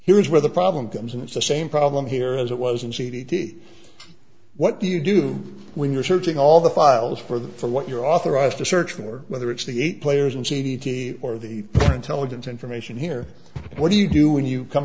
here's where the problem comes in it's the same problem here as it was in c d t what do you do when you're searching all the files for the for what you're authorized to search for whether it's the eight players in c d t or the intelligence information here what do you do when you come